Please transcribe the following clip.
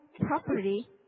property